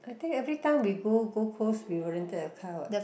I think every time we go Gold Coast we will rented a car what